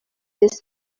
this